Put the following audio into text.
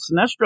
Sinestro